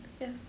Yes